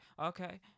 okay